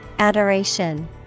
Adoration